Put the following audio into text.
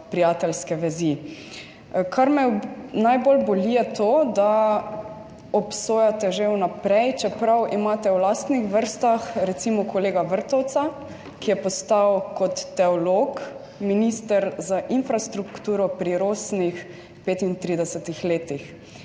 prijateljske vezi. Kar me najbolj boli je to, da obsojate že vnaprej, čeprav imate v lastnih vrstah, recimo kolega Vrtovca, ki je postal kot teolog minister za infrastrukturo pri rosnih 35 letih.